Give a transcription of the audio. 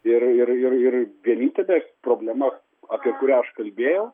ir ir ir vienintelė problema apie kurią aš kalbėjau